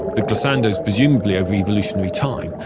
the glissandos presumably over evolutionary time,